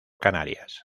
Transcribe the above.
canarias